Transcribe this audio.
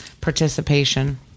participation